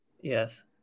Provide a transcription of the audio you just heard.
Yes